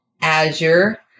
Azure